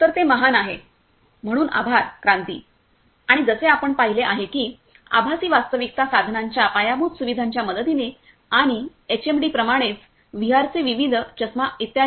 तर ते महान आहे म्हणून आभार क्रांती आणि जसे आपण पाहिले आहे की आभासी वास्तविकता साधनांच्या पायाभूत सुविधांच्या मदतीने आणि एचएमडी प्रमाणेच व्हीआर चे विविध चष्मा इत्यादी